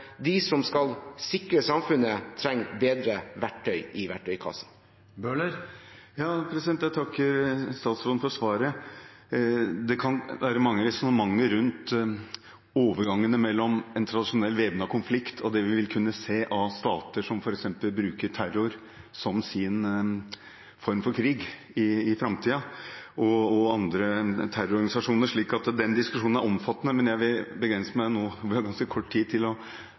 de som skal sikre samfunnet, trenger bedre verktøy i verktøykassen. Jeg takker statsråden for svaret. Det kan være mange resonnementer rundt overgangene mellom en tradisjonell væpnet konflikt og det vi vil kunne se av stater som f.eks. bruker terror som sin form for krig i framtiden, og andre terrororganisasjoner. Så Den diskusjonen er omfattende, men jeg vil begrense meg nå – vi har ganske kort tid – til å